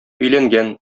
өйләнгән